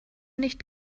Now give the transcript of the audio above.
nicht